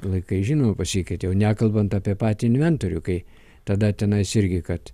laikai žinoma pasikeitė jau nekalbant apie patį inventorių kai tada tenais irgi kad